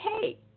hey